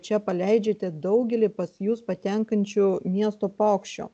čia paleidžiate daugelį pas jus patenkančių miesto paukščių